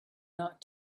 not